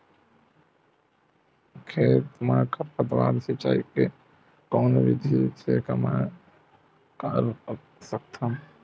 खेत म खरपतवार सिंचाई के कोन विधि से कम कर सकथन?